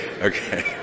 Okay